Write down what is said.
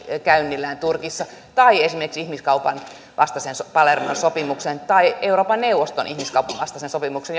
käynnillään turkissa tai esimerkiksi ihmiskaupan vastaisen palermon sopimuksen tai euroopan neuvoston ihmiskaupan vastaisen sopimuksen